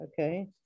okay